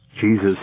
Jesus